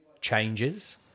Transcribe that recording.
changes